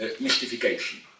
mystification